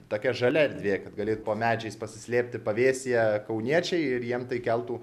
tokia žalia erdvė kad galėt po medžiais pasislėpti pavėsyje kauniečiai ir jiem tai keltų